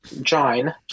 join